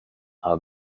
aber